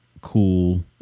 cool